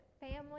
family